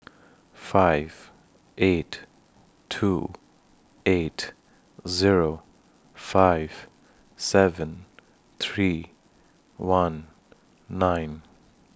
five eight two eight Zero five seven three one nine